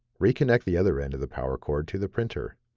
reconnect the other end of the power cord to the printer.